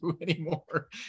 anymore